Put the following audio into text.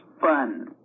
fun